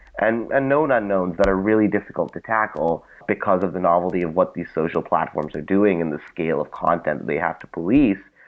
and unknown unknowns that are really difficult to tackle because of the novelty of what these social platforms are doing in the scale of content that they have to believe.